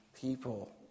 people